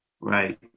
right